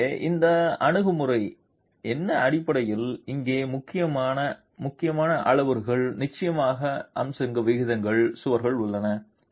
எனவே இந்த அணுகுமுறை என்ன அடிப்படையில் இங்கே முக்கியமான அளவுருக்கள் நிச்சயமாக அம்சம் விகிதங்கள் சுவர் உள்ளன